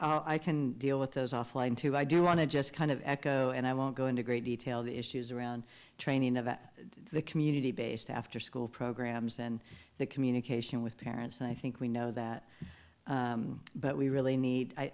i can deal with those offline too i do want to just kind of echo and i won't go into great detail the issues around training of the community based afterschool programs and the communication with parents and i think we know that but we really need